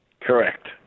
Correct